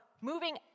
moving